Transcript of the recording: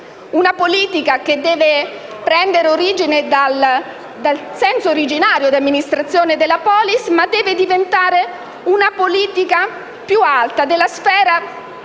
buona politica che deve prendere origine dal senso originario di amministrazione della *polis*, ma che deve diventare una politica più alta, una sfera